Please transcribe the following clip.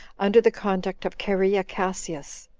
under the conduct of cherea cassius,